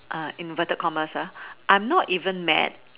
inverted commas I'm not even mad